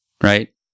right